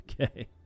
Okay